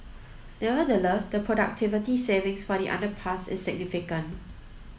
nevertheless the productivity savings for the underpass is significant